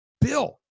Bill